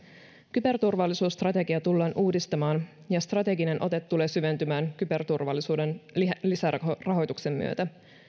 kyberturvallisuusstrategia tullaan uudistamaan ja strateginen ote tulee syventymään kyberturvallisuuden lisärahoituksen myötä